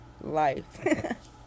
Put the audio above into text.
life